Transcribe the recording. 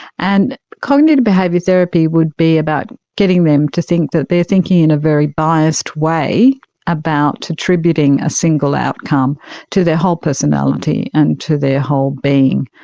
and cognitive behaviour therapy would be about getting them to think that they are thinking in a very biased way about attributing a single outcome to their whole personality and to their whole being.